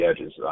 edges